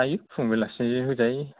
जायो फुं बेलासि होजायो